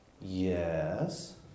Yes